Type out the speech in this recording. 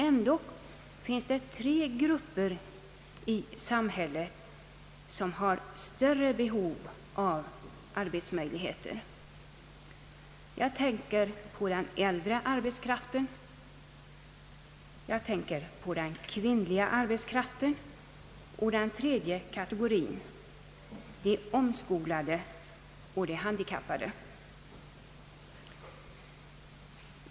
Ändock finns det tre grupper i samhället som har större behov av arbetsmöjligheter. Jag tänker på den äldre arbetskraften, jag tänker på den kvinnliga arbetskraften, och den tredje kategorin är de omskolade och de handikappade.